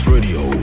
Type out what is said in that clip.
Radio